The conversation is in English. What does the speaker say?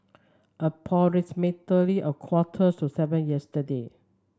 approximately a quarter to seven yesterday